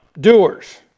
doers